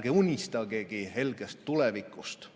Ärge unistagegi helgest